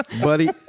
buddy